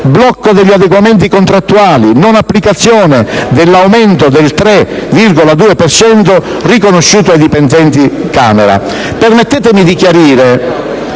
blocco degli adeguamenti contrattuali e la non applicazione dell'aumento del 3,2 per cento riconosciuto ai dipendenti della